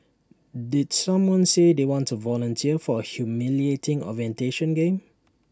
did someone say they want A volunteer for A humiliating orientation game